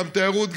גם תיירות,